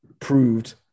proved